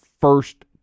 first